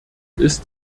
ist